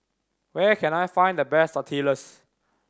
where can I find the best Tortillas